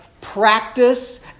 practice